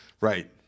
right